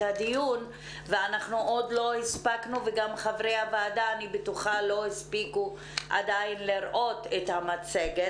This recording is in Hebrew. הדיון וחברי הוועדה עוד לא הספיקו לראות את המצגת.